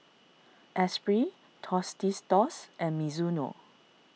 Esprit Tostitos and Mizuno